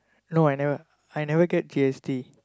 no I never I never get G_S_T